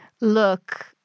look